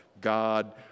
God